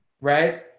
Right